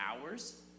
hours